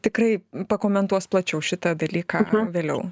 tikrai pakomentuos plačiau šitą dalyką vėliau